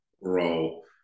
role